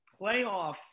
playoff